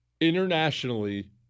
internationally